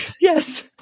Yes